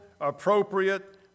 appropriate